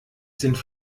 sind